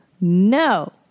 no